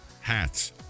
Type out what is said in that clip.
Hats